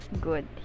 good